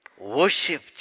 Worship